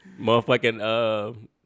Motherfucking